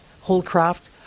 Holcroft